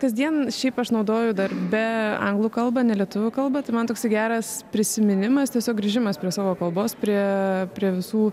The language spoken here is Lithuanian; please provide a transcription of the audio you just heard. kasdien šiaip aš naudoju darbe anglų kalbą ne lietuvių kalbą tai man toksai geras prisiminimas tiesiog grįžimas prie savo kalbos prie prie visų